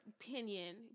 opinion